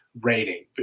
rating